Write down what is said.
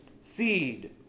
Seed